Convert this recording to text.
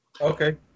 Okay